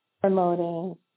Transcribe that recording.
promoting